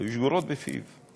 היו שגורות בפיו.